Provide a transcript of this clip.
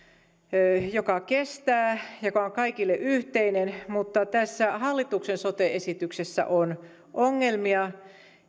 joka kestää joka on kaikille yhteinen mutta tässä hallituksen sote esityksessä on ongelmia